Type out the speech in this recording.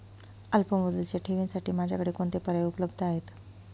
अल्पमुदतीच्या ठेवींसाठी माझ्याकडे कोणते पर्याय उपलब्ध आहेत?